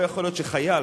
לא יכול להיות שחייל,